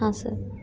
हां सर